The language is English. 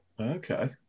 okay